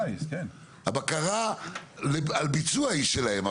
הבקרה על ביצוע היא שלהם,